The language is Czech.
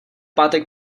pátek